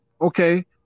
Okay